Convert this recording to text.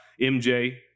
MJ